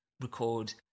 Record